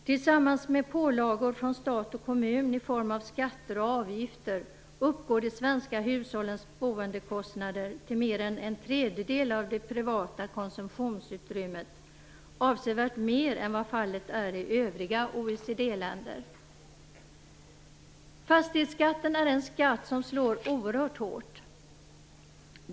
Tillsammans med pålagor från stat och kommun i form av skatter och avgifter uppgår de svenska hushållens boendekostnader till mer än en tredjedel av det privata konsumtionsutrymmet, vilket är avsevärt mer än vad fallet är i övriga OECD-länder. Fastighetsskatten är en skatt som slår oerhört hårt.